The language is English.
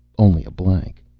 only a blank.